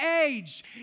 age